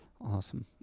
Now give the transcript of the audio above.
Awesome